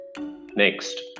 Next